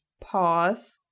pause